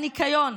הניקיון,